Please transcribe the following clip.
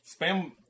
Spam